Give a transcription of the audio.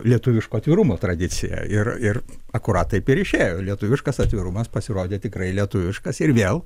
lietuviško atvirumo tradiciją ir ir akurat taip ir išėjo lietuviškas atvirumas pasirodė tikrai lietuviškas ir vėl